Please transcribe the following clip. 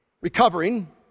Recovering